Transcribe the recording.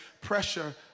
pressure